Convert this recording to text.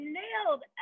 nailed